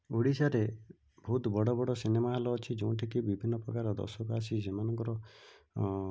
ଓଡ଼ିଶାରେ ବହୁତ ବଡ଼ବଡ଼ ସିନେମା ହଲ୍ ଅଛି ଯେଉଁଠିକି ବିଭିନ୍ନ ପ୍ରକାର ଦର୍ଶକ ଆସି ସେମାନଙ୍କର